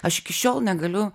aš iki šiol negaliu